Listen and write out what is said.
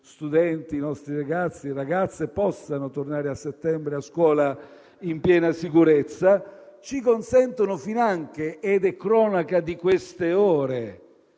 studenti, i nostri ragazzi e ragazze possano tornare a settembre a scuola in piena sicurezza. Ci consentono finanche - è cronaca delle ultime ore